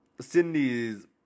Cindy's